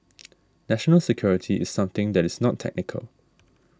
national security is something that is not technical